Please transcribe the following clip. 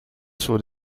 suo